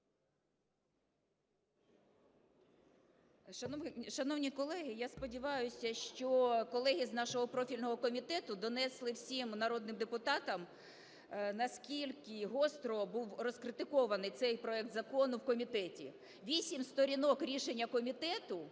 Шановні колеги, я сподіваюсь, що колеги з нашого профільного комітету донесли всім народним депутатам, наскільки гостро був розкритикований цей проект закону в комітеті. Вісім сторінок – рішення комітету.